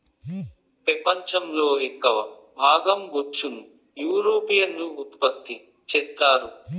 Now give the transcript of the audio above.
పెపంచం లో ఎక్కవ భాగం బొచ్చును యూరోపియన్లు ఉత్పత్తి చెత్తారు